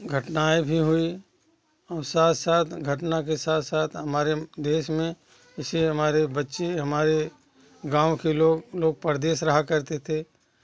घटनाएँ भी हुई साथ साथ घटना के साथ साथ हमारे देश में जैसे हमारे बच्चे हमारे गाँव के लोग लोग प्रदेश रहा करते थे